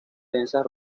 densas